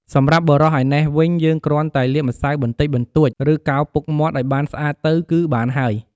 សម្រាប់បុរសឯណេះវិញយើងគ្រាន់តែលាបម្សៅបន្តិចបន្តួច ឬកោរពុកមាត់ឱ្យបានស្អាតទៅគឺបានហើយ។